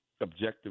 objective